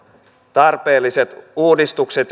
tarpeellisia uudistuksia